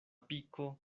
piko